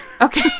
Okay